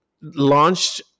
launched